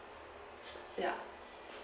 ya